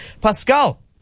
Pascal